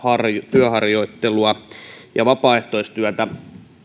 työharjoittelua ja vapaaehtoistyötä